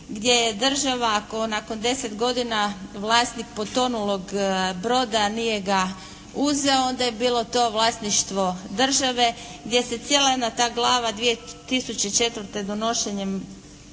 gdje je država nakon 10 godina, vlasnik potonulog broda nije ga uzeo, onda je bilo to vlasništvo države gdje se cijela jedna ta glava 2004. donošenjem